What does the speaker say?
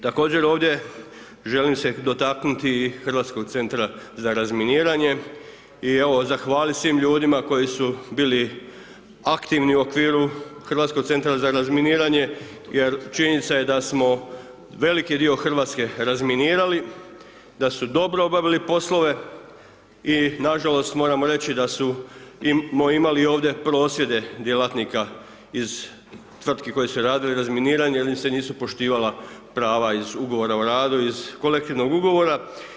Također, ovdje želim se dotaknuti i Hrvatskog centra za razminiranje i evo zahvalit svim ljudima koji su bili aktivni u okviru HCR-a jer činjenica je da smo veliki dio Hrvatske razminirali, da su dobro obavili poslove i nažalost moram reći da smo imali ovdje prosvjede djelatnika iz tvrtki koje su radile razminiranje jer im se nisu poštivala prava iz ugovora o radu, iz kolektivnog ugovora.